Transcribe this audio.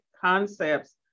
concepts